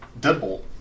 Deadbolt